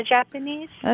Japanese